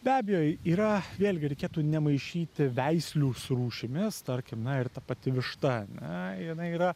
be abejo yra vėlgi reikėtų nemaišyti veislių su rūšimis tarkim na ir ta pati višta na jinai yra